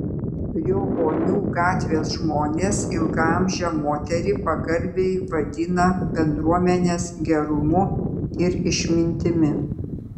riovonių gatvės žmonės ilgaamžę moterį pagarbiai vadina bendruomenės gerumu ir išmintimi